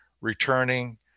returning